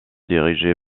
dirigé